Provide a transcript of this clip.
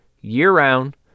year-round